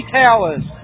towers